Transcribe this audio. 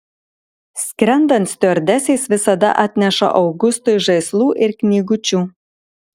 skrendant stiuardesės visada atneša augustui žaislų ir knygučių